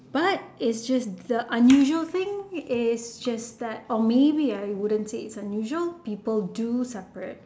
but is just the unusual thing is just that or maybe I wouldn't say is unusual because people do separate